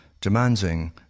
demanding